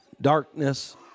darkness